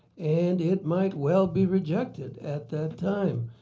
and it might well be rejected at that time.